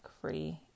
free